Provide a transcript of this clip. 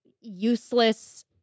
useless